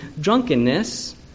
drunkenness